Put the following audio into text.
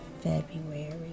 February